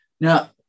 Now